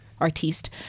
artiste